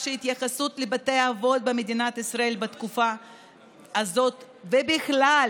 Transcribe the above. שההתייחסות לבתי האבות במדינת ישראל בתקופה הזאת ובכלל,